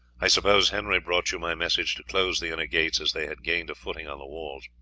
i suppose henry brought you my message to close the inner gates, as they had gained a footing on the walls.